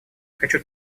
хочу